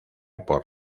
por